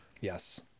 Yes